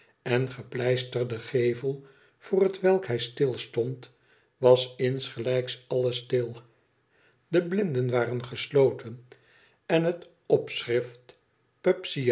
en gepleisterden gevel voor hetwelk hij stilstond was insgelijks alles stil de blinden waren gesloten en het op schrift pubsey